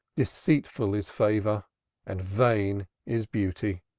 deceitful is favor and vain is beauty,